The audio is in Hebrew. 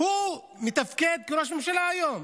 הוא מתפקד כראש ממשלה היום.